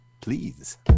Please